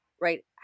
right